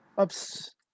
Oops